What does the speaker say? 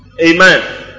Amen